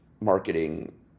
marketing